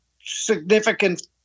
significant